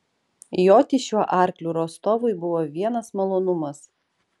joti šiuo arkliu rostovui buvo vienas malonumas